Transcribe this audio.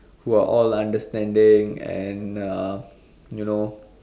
who are all understanding and uh you know